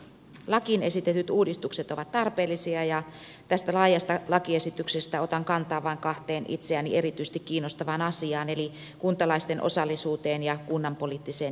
lakiin esitetyt uudistukset ovat tarpeellisia ja tästä laajasta lakiesityksestä otan kantaa vain kahteen itseäni erityisesti kiinnostavaan asiaan eli kuntalaisten osallisuuteen ja kunnan poliittiseen johtajuuteen